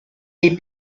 est